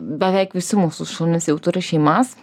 beveik visi mūsų šunys jau turi šeimas